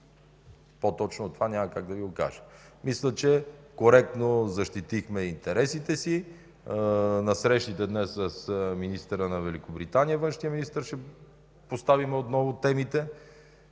По-точно от това няма как да Ви го кажа. Мисля, че коректно защитихме интересите си. На срещите днес с външния министър на Великобритания ще поставим отново темите